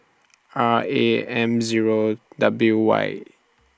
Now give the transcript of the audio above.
R A M Zero W Y